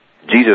Jesus